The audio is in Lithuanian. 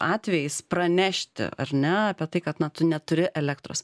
atvejais pranešti ar ne apie tai kad na tu neturi elektros